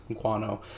guano